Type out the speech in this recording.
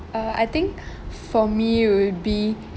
uh I think for me will be